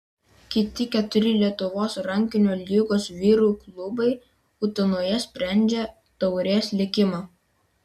kiti keturi lietuvos rankinio lygos vyrų klubai utenoje sprendžia taurės likimą